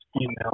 email